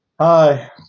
Hi